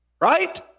Right